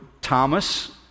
Thomas